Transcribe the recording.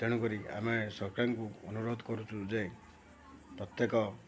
ତେଣୁ କରି ଆମେ ସରକାରଙ୍କୁ ଅନୁରୋଧ କରୁଛୁ ଯେ ପ୍ରତ୍ୟେକ